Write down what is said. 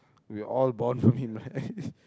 we are all born to be in my